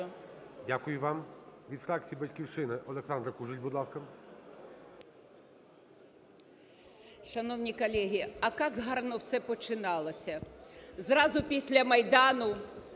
Дякую вам. Від фракції "Батьківщина" Олександра Кужель, будь ласка.